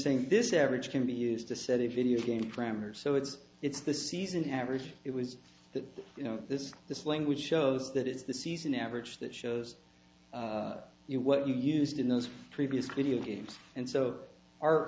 saying this average can be used to set a video game grammar so it's it's the season average it was that you know this this language shows that it's the season average that shows you what you used in those previous critical games and so